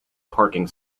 parking